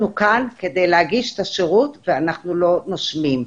אנחנו כאן כדי להגיש את השירות ואנחנו לא נושמים.